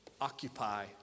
occupy